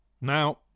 Now